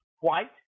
white